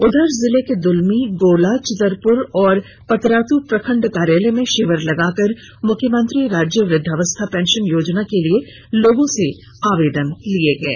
उधर जिले के दुलमी गोला चितरपुर एवं पतरातू प्रखंड कार्यालय में शिविर लगाकर मुख्यमंत्री राज्य वृद्धावस्था पेंशन योजना के लिए लोगों से आवेदन लिये गये